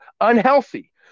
unhealthy